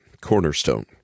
Cornerstone